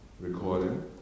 recording